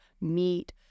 meat